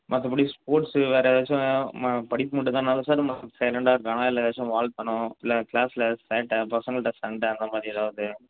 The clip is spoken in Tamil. மற்றபடி ஸ்போர்ட்ஸ் வேறு எதாச்சும் ம படிப்பு மட்டும்தானா சார் ரொம்ப சைலன்டாக இருக்கானா இல்லை ஏதாச்சும் வால்தனம் இல்லை கிளாஸில் சேட்டை பசங்கட்ட சண்டை அந்த மாதிரி ஏதாவது